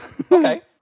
Okay